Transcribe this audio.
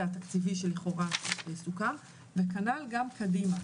התקציבי שלכאורה יסוכם וכנ"ל גם קדימה,